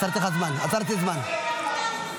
כי אתם כל הזמן אומרים את זה.